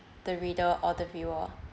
the reader or the viewer